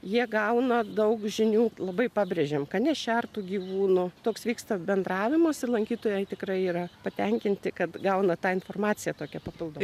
jie gauna daug žinių labai pabrėžiam kad nešertų gyvūnų toks vyksta bendravimas ir lankytojai tikrai yra patenkinti kad gauna tą informaciją tokią papildomą